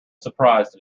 surprised